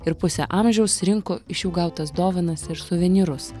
ir pusę amžiaus rinko iš jų gautas dovanas ir suvenyrus